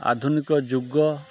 ଆଧୁନିକ ଯୁଗ